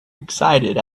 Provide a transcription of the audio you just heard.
excited